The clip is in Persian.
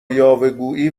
یاوهگویی